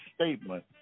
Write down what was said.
statement